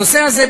הנושא הזה,